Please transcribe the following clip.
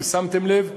אם שמתם לב,